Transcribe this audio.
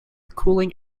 cooling